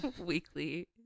weekly